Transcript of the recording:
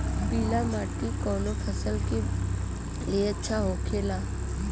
पीला मिट्टी कोने फसल के लिए अच्छा होखे ला?